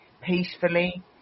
peacefully